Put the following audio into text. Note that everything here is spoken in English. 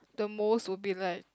the most would be like